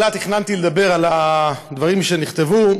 בתחילה תכננתי לדבר על הדברים שנכתבו,